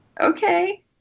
okay